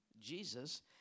Jesus